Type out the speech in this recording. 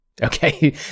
Okay